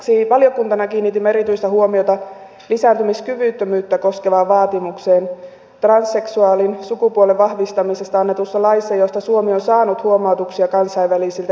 lisäksi valiokuntana kiinnitimme erityistä huomiota lisääntymiskyvyttömyyttä koskevaan vaatimukseen transseksuaalin sukupuolen vahvistamisesta annetussa laissa josta suomi on saanut huomautuksia kansainvälisiltä ihmisoikeuselimiltä